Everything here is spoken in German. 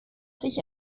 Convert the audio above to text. sich